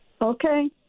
Okay